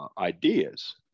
ideas